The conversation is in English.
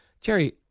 Jerry